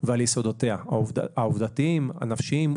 ועל יסודותיה העובדתיים והנפשיים,